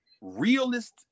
realist